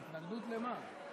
התנגדות למה?